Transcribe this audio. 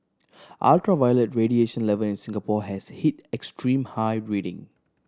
ultraviolet radiation level in Singapore has hit extreme high reading